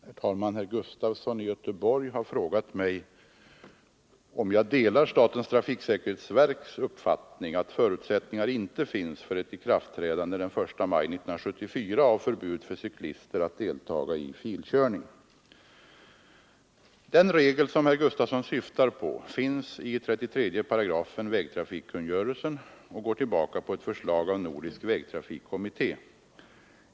Herr talman! Herr Sven Gustafson i Göteborg har frågat mig om jag delar statens trafiksäkerhetsverks uppfattning att förutsättningar inte finns för ett ikraftträdande den 1 maj 1974 av förbud för cyklister att delta i filkörning. Den regel som herr Gustafson syftar på finns i 33 § vägtrafikkungörelsen och går tillbaka på ett förslag av Nordisk vägtrafikkommitté.